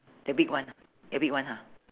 the big one your big one ha